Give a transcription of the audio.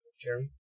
Jeremy